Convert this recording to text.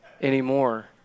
anymore